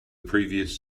previous